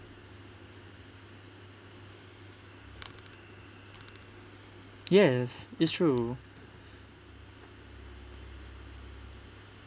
yes it's true